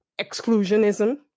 exclusionism